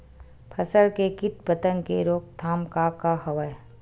फसल के कीट पतंग के रोकथाम का का हवय?